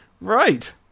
Right